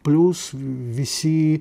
plius visi